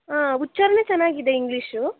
ಉಚ್ಛಾರಣೆ ಚೆನ್ನಾಗಿದೆ ಇಂಗ್ಲಿಷು